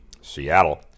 Seattle